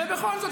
ובכל זאת,